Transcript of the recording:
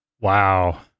Wow